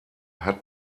hat